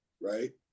right